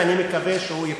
ואני מקווה שהוא ייפול.